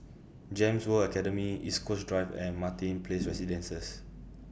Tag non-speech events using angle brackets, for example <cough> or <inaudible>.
Gems World Academy East Coast Drive and Martin Place <noise> Residences